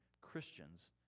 Christians